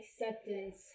acceptance